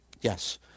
Yes